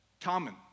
Common